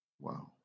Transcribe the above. Wow